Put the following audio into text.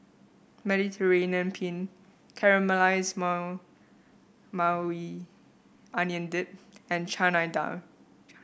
Mediterranean Penne Caramelized Mau Maui Onion Dip and Chana Dal